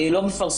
אני לא מפרסם.